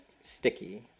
sticky